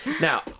Now